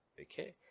okay